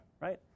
right